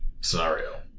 scenario